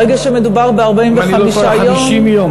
ברגע שמדובר ב-45 יום, אם אני לא טועה, 50 יום.